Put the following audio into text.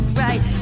right